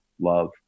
love